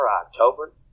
october